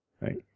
right